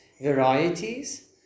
varieties